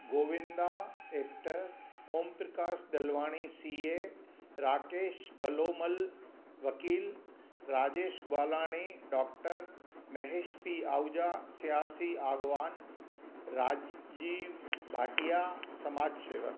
Govinda actor Om Prakash Dalwani CA Rakesh Balomal वकील Rajesh Balani doctor Mahesh P Ahuja सियासी आगवान राजीव भाटिया समाज शेवक